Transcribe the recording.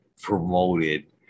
promoted